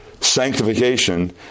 sanctification